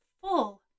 full